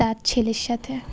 তার ছেলের সাথে